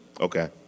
okay